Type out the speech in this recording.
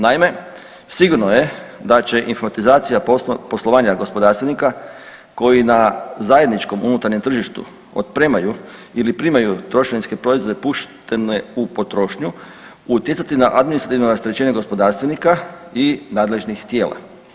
Naime, sigurno je da će informatizacija poslovanja gospodarstvenika koji na zajedničkom unutarnjem tržištu otpremaju ili primaju trošarinske proizvode puštene u potrošnju utjecati na administrativno rasterećenje gospodarstvenika i nadležnih tijela.